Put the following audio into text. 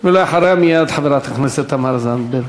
אחריה מייד, חברת הכנסת תמר זנדברג.